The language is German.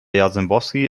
jarzembowski